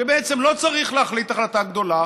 שבעצם לא צריך להחליט החלטה גדולה,